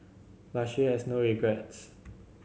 but she has no regrets